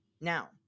Now